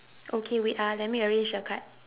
okay wait ah let me arrange the card